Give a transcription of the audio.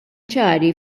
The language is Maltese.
ċari